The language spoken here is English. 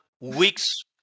weeks